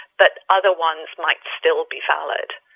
but other ones might still be valid.